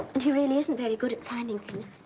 and he really isn't very good at finding things.